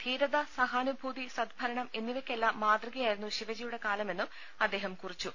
ധീര ത സഹാനുഭൂതി സദ്ഭരണം എന്നിവയ്ക്കെല്ലാം മാതൃക യായിരുന്നു ശിവജിയുടെ കാലമെന്നും അദ്ദേഹം കുറിച്ചു